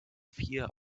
vier